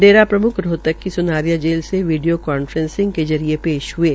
डेरा प्रम्ख रोहतक की स्नारिया जेल से वीडियो कांफ्रेसिंग के जरिये पेश हये